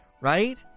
right